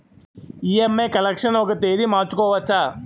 EMI collection ఒక తేదీ మార్చుకోవచ్చా?